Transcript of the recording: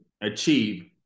achieve